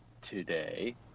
today